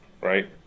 right